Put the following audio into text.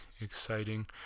exciting